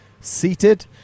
seated